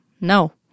no